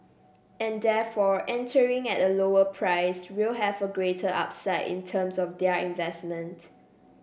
and therefore entering at a lower price will have a greater upside in terms of their investment